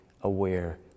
aware